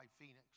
Phoenix